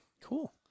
Cool